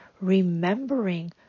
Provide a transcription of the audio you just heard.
Remembering